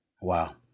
Wow